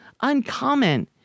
uncommon